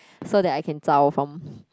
so that I can zao from